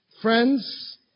Friends